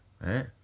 right